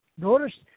Notice